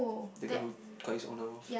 the guy who cut his own arm off